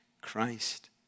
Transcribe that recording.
Christ